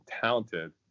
talented